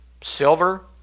silver